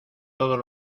todos